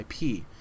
IP